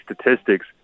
statistics